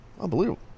unbelievable